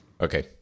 Okay